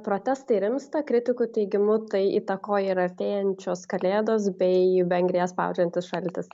protestai rimsta kritikų teigimu tai įtakoja ir artėjančios kalėdos bei vengriją spaudžiantis šaltis